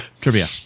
Trivia